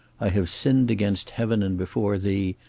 i have sinned against heaven and before thee,